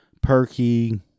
Perky